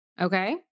okay